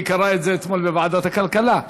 לי זה קרה אתמול בוועדת הכלכלה,